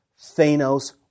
Thanos